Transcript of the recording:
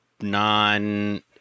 non